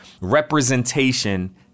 representation